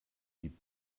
die